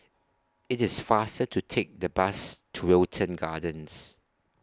IT IS faster to Take The Bus to Wilton Gardens